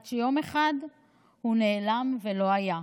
עד שיום אחד הוא נעלם כלא היה.